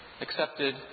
accepted